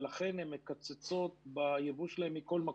ולכן הן מקצצות בייבוא שלהן מכל מקום.